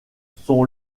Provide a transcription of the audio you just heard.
son